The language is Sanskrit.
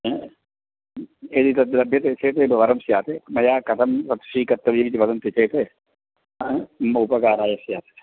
हा यदि तद् लभ्यते चेत् एकवारं स्यात् मया कथं तत् स्वीकर्तव्यमिति वदन्ति चेत् हा मम उपकाराय स्यात्